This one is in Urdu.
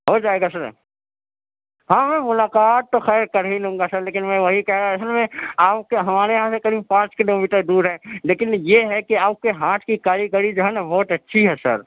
ہو جائے گا سر ہاں ہاں ملاقات تو خیر کر ہی لوں گا سر لیکن میں وہی کہہ رہا اصل میں آپ کے ہمارے یہاں سے قریب پانچ کلو میٹر دور ہے لیکن یہ ہے کہ آپ کے ہاتھ کی کاریگری جو ہے نا بہت اچھی ہے سر